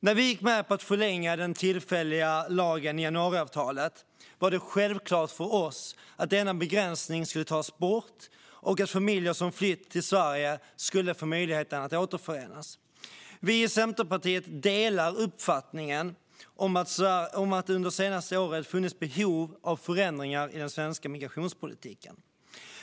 När vi gick med på att förlänga den tillfälliga lagen i januariavtalet var det självklart för oss att denna begränsning skulle tas bort och att familjer som flytt till Sverige skulle få möjligheten att återförenas. Vi i Centerpartiet delar uppfattningen att det under de senaste åren har funnits ett behov av förändringar i den svenska migrationspolitiken.